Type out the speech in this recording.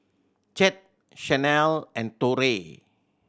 Chet Shanell and Torey